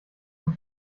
von